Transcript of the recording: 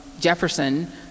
Jefferson